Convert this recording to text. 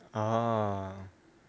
oh